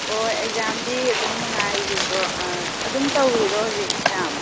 ꯑꯣ ꯑꯦꯛꯖꯥꯝꯗꯤ ꯑꯗꯨꯝ ꯅꯨꯉꯥꯏꯒꯤꯕ꯭ꯔꯣ ꯑꯗꯨꯝ ꯇꯧꯔꯤꯔꯣ ꯍꯧꯖꯤꯛ ꯑꯦꯛꯖꯥꯝ